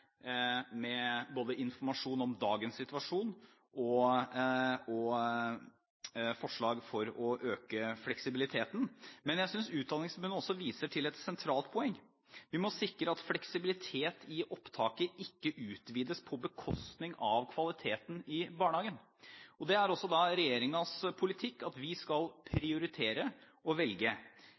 informasjon om dagens situasjon og forslag om å øke fleksibiliteten. Men jeg synes Utdanningsforbundet også viser til et sentralt poeng: Vi må sikre at fleksibilitet i opptaket ikke utvides på bekostning av kvaliteten i barnehagen. Det er også regjeringens politikk at vi skal prioritere og velge.